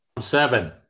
Seven